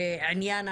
המוקנית,